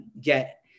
get